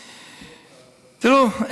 תראו,